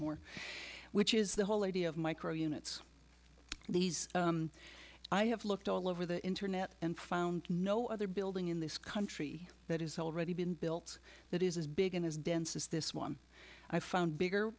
more which is the whole idea of micro units these i have looked all over the internet and found no other building in this country that has already been built that is as big and as dense as this one i found bigger